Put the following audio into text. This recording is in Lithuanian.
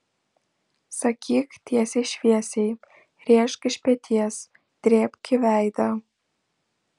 sakyk tiesiai šviesiai rėžk iš peties drėbk į veidą